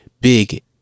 big